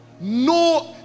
No